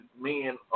men